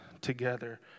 together